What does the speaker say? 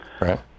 Right